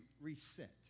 reset